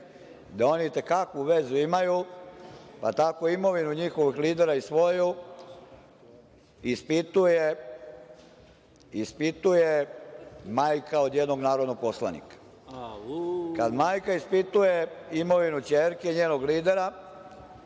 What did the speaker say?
da oni i te kakvu vezu imaju, pa tako imovinu njihovih lidera i svoju ispituje majka od jednog narodnog poslanika. Kada majka ispituje imovinu ćerke i njenog lidera